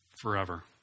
forever